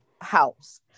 house